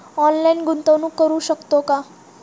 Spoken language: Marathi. ऑनलाइन गुंतवणूक करू शकतो का?